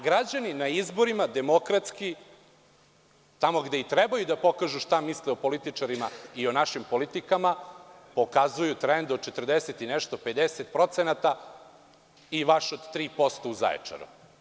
Građani na izborima demokratski, tamo gde i treba da pokažu šta misle o političarima i o našim politikama, pokazuju trend od 40 i nešto, 50%i vaš od 3% u Zaječaru.